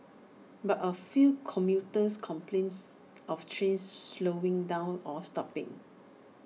but A few commuters complains of trains slowing down or stopping